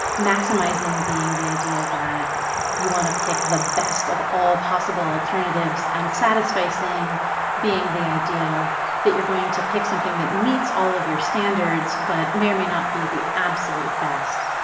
maximizing being the idea that you want to pick the best of all possible alternatives, and satisficing being the idea that you're going to pick something that meets all of your standards but may or may not be the absolute best.